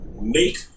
make